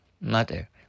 Mother